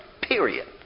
Period